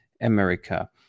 America